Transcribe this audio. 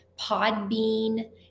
Podbean